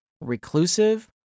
reclusive